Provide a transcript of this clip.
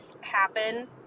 happen